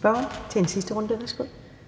Kl. 15:27 Første næstformand